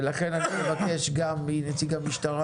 לכן אני מבקש גם מנציג המשטרה,